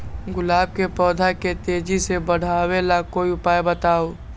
गुलाब के पौधा के तेजी से बढ़ावे ला कोई उपाये बताउ?